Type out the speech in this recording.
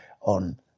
on